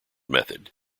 method